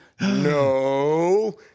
No